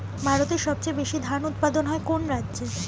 ভারতের সবচেয়ে বেশী ধান উৎপাদন হয় কোন রাজ্যে?